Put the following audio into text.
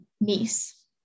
niece